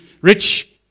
rich